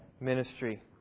ministry